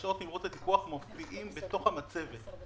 שעות התמרוץ והטיפוח מופיעות בתוך המצבת.